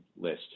list